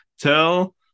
Tell